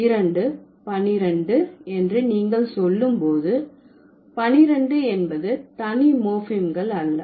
இரண்டு பன்னிரண்டு என்று நீங்கள் சொல்லும் போது பன்னிரண்டு என்பது தனி மோர்ப்பிம்கள் அல்ல